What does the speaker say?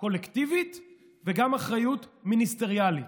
קולקטיבית וגם אחריות מיניסטריאלית,